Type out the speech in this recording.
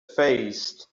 faced